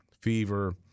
fever